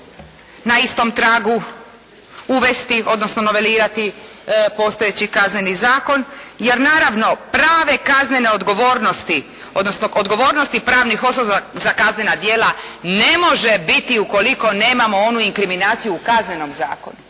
na istom tragu uvesti, odnosno novelirati postojeći Kazneni zakon. Jer naravno, prave kaznene odgovornosti odnosno odgovornosti pravnih osoba za kaznena djela ne može biti ukoliko nemamo onu inkriminaciju u kaznenom zakonu.